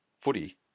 footy